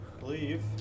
Leave